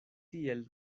tiel